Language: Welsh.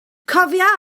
cofia